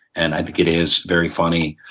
and i think it is very funny.